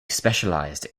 specialized